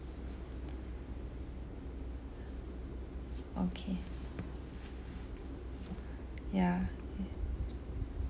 okay ya